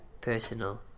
personal